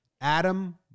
Adam